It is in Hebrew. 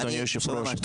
אדוני היושב ראש,